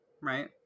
Right